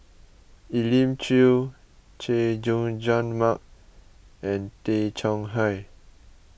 Elim Chew Chay Jung Jun Mark and Tay Chong Hai